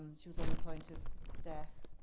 um she was on the point of death.